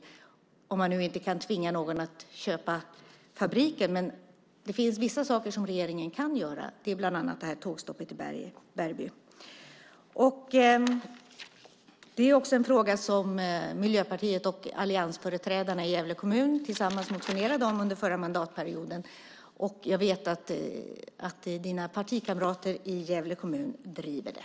Även om man nu inte kan tvinga någon att köpa fabriken finns det vissa saker som regeringen kan göra, bland annat att ordna så att det blir ett tågstopp i Bergby. Det är också en fråga som Miljöpartiet och alliansföreträdarna i Gävle kommun tillsammans motionerade om under förra mandatperioden. Och jag vet att dina partikamrater i Gävle kommun driver det.